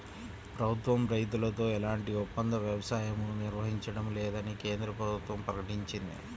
ప్రభుత్వం రైతులతో ఎలాంటి ఒప్పంద వ్యవసాయమూ నిర్వహించడం లేదని కేంద్ర ప్రభుత్వం ప్రకటించింది